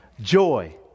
joy